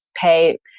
pay